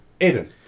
Aiden